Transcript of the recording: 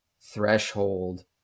threshold